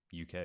UK